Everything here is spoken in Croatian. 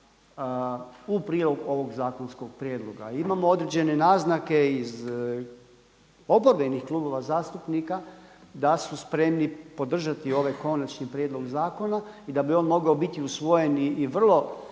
u prilog ovog zakonskog prijedloga. Imamo određene naznake iz oporbenih klubova zastupnika da su spremni podržati ovaj konačni prijedlog zakona i da bi on mogao biti usvoje u vrlo